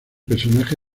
personaje